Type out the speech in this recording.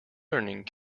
learning